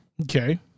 Okay